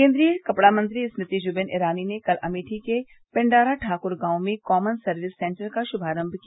केन्द्रीय कपड़ा मंत्री स्मृति जुबिन ईरानी ने कल अमेठी के पिंडारा ठाकुर गांव में कॉमन सर्विस सेन्टर का शुभारम्भ किया